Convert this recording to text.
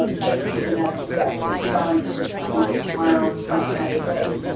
recent ads, we've got sixty volunteers coming tomorrow from united way,